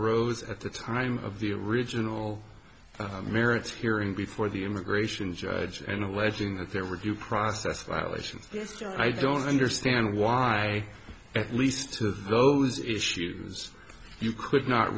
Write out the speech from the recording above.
arose at the time of the original merits hearing before the immigration judge and i wedging that there were due process violations i don't understand why at least to those issues you could not